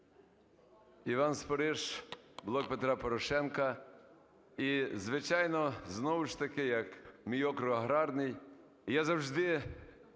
Іван Спориш, "Блок Петра Порошенка". І, звичайно, знову ж таки, як мій округ аграрний, я завжди